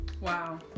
wow